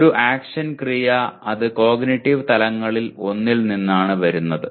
ഈ ഒരു ആക്ഷൻ ക്രിയ അത് കോഗ്നിറ്റീവ് തലങ്ങളിൽ ഒന്നിൽ നിന്നാണ് വരുന്നത്